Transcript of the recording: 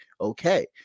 okay